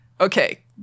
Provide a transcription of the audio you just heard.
okay